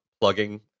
plugging